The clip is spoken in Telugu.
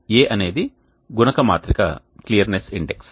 A అనేది గుణక మాత్రిక క్లియర్నెస్ ఇండెక్స్